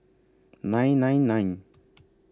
nine nine nine